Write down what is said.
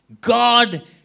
God